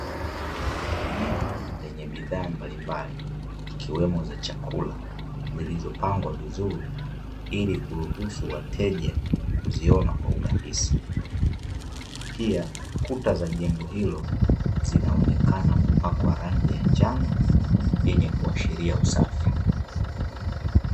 Eneo lenye bidhaa mbalimbali ikiwemo za chakula, zilizopangwa vizuri ili kuruhusu wateja kuziona kwa urahisi. Pia kuta za jengo hilo zinaonekana kupakwa rangi ya njano yenye kuashiria usafi.